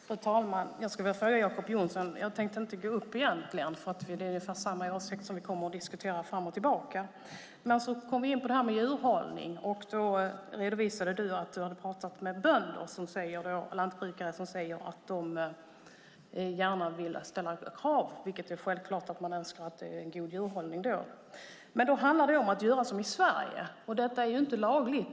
Fru talman! Jag skulle vilja ställa en fråga till Jacob Johnson. Jag hade egentligen inte tänkt gå upp, eftersom det är ungefär samma åsikt som vi diskuterar fram och tillbaka. Men så kom vi in på detta med djurhållning. Du redovisade att du hade pratat med lantbrukare som säger att de gärna vill ställa krav på god djurhållning, som man självfallet önskar att det är. Men då skulle det handla om att göra som i Sverige, men det är inte lagligt.